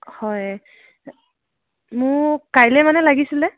হয় মোক কাইলৈ মানে লাগিছিলে